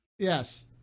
Yes